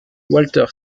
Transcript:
walter